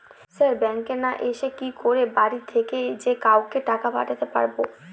Sir ব্যাঙ্কে না এসে কি করে বাড়ি থেকেই যে কাউকে টাকা পাঠাতে পারবো?